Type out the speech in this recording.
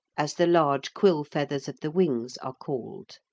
as the large quill-feathers of the wings are called.